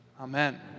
Amen